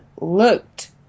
looked